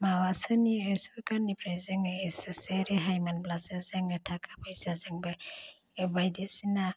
माबा सोरनि सरकारनिफ्राइ जोङो एसेसो रेहाय मोनब्लासो जोङो थाखा फैसा जोंबो बायदिसिना